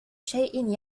شيء